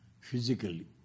physically